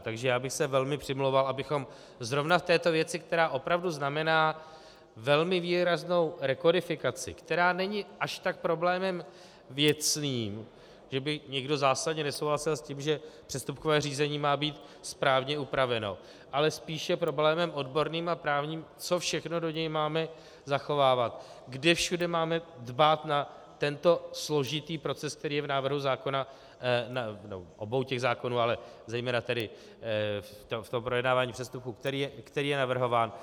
Takže bych se velmi přimlouval, abychom zrovna v této věci, která opravdu znamená velmi výraznou rekodifikaci, která není až tak problémem věcným, že by někdo zásadně nesouhlasil s tím, že přestupkové řízení má být správně upraveno, ale spíše problémem odborným a právním, co všechno do něj máme zachovávat, kde všude máme dbát na tento složitý proces, který je v návrhu zákona, nebo obou těch zákonů, ale zejména v projednávání přestupků, který je navrhován.